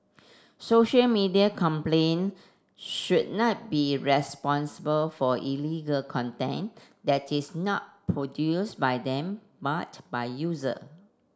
social media companion should not be responsible for illegal content that is not produced by them but by user